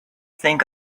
think